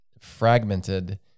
fragmented